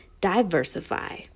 diversify